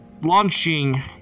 launching